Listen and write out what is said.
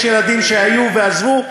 יש ילדים שהיו ועזבו,